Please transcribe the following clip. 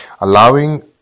Allowing